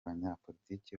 banyapolitiki